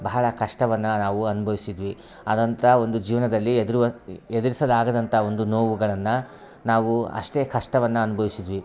ಬಹಳ ಕಷ್ಟವನ್ನ ನಾವು ಅನ್ಭವಿಸ್ತಾಯಿದ್ವಿ ಹಾಗಂತ ಒಂದು ಜೀವನದಲ್ಲಿ ಎದ್ರುವ ಎದ್ರಿಸದಾಗದಂಥ ಒಂದು ನೋವುಗಳನ್ನ ನಾವು ಅಷ್ಟೇ ಕಷ್ಟವನ್ನ ಅನ್ಭವಿಸಿದ್ವಿ